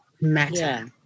matter